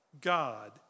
God